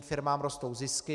Firmám rostou zisky.